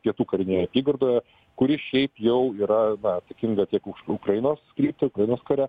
pietų karinėj apygardoje kuri šiaip jau yra na atsakinga tiek už ukrainos kryptį ukrainos kare